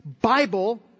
Bible